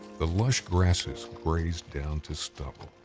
the lush grasses grazed down to stubble.